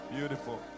Beautiful